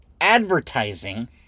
advertising